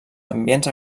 ambients